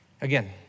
Again